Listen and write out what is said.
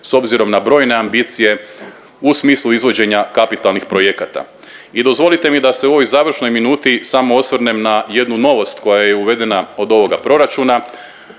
s obzirom na brojne ambicije u smislu izvođenja kapitalnih projekata. I dozvolite mi da se u ovoj završnoj minuti samo osvrnem na jednu novost koja je uvedena od ovoga proračuna,